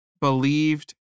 believed